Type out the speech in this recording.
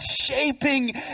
shaping